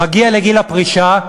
מגיע לגיל הפרישה,